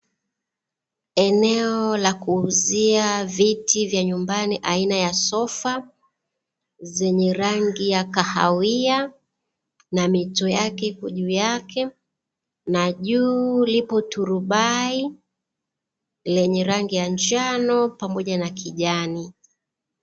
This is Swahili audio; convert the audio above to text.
Eneo la kuuzia viti vya nyumbani aina ya sofa, zenye rangi ya kahawia na mito yake ipo juu yake, na juu lipo turubai lenye rangi ya njano pamoja na kijani.